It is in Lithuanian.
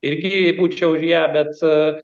irgi būčiau už ją bet